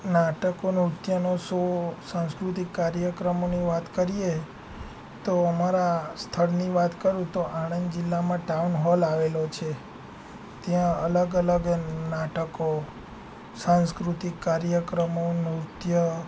નાટકો નૃત્યનો સો સાંસ્કૃતિક કાર્યક્રમોની વાત કરીએ તો અમારા સ્થળની વાત કરું તો આણંદ જિલ્લામાં ટાઉન હોલ આવેલો છે ત્યાં અલગ અલગ નાટકો સાંસ્કૃતિક કાર્યક્રમો નૃત્ય